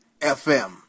FM